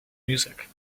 music